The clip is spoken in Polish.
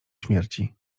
śmierci